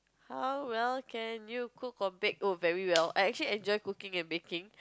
how well can you cook or bake oh very well I actually enjoy cooking and baking